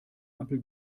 ampel